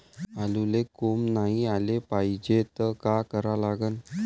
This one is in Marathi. आलूले कोंब नाई याले पायजे त का करा लागन?